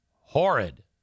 Horrid